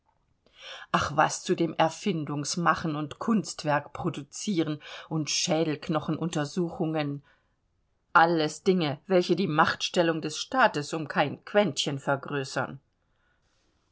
ach was zu dem erfindungmachen und kunstwerkproduzieren und schädelknochen untersuchungen alles dinge welche die machtstellung des staates um kein quentchen vergrößern